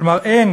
כלומר, אין